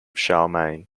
charlemagne